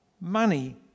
Money